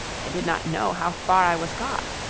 i did not know how far i was got.